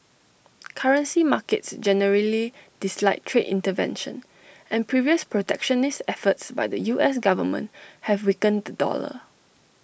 currency markets generally dislike trade intervention and previous protectionist efforts by the U S Government have weakened the dollar